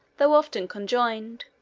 though often conjoined.